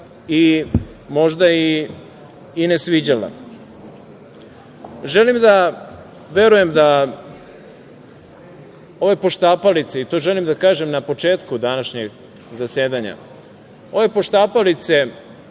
možda i ne sviđala. Želim da verujem da ove poštapalice, i to želim da kažem na početku današnjeg zasedanja, ove poštapalice